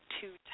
two